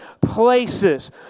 places